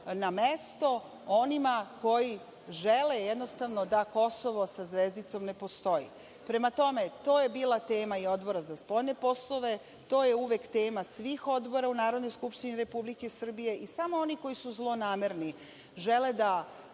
na mesto onima koji žele jednostavno da Kosovo sa zvezdicom ne postoji. Prema tome, to je bila tema i Odbora za spoljne poslove, to je uvek tema svih odbora u Narodnoj skupštini Republike Srbije. samo oni koji su zlonamerni žele da